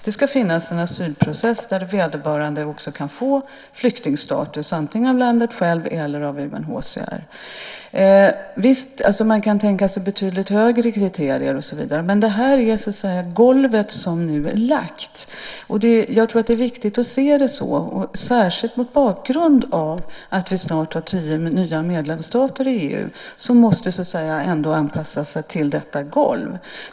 Det ska finnas en asylprocess där vederbörande kan få flyktingstatus antingen av landet självt eller av UNHCR. Man kan tänka sig betydligt högre nivå för kriterierna. Men detta är golvet som nu är lagt. Det är viktigt att se det så. Det gäller särskilt mot bakgrund av att vi snart har tio nya medlemsstater i EU som måste anpassa sig till detta golv.